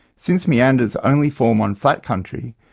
since meanders only form on flat country,